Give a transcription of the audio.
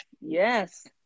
Yes